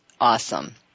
awesome